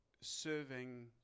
serving